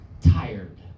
tired